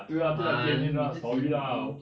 ah 你自己